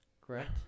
correct